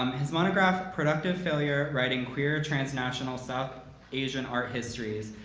um his monograph, productive failure writing queer transnational south asian art histories,